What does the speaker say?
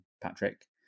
Patrick